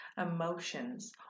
emotions